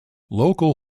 local